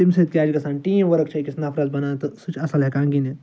تَمہِ سۭتۍ کیاہ چھِ گَژھان ٹیٖم ؤرک چھِ أکِس نَفرَس بَنان تہٕ سُہ چھ اصٕل ہٮ۪کان گِنٛدِتھ